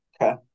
Okay